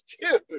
dude